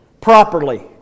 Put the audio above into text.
properly